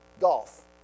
golf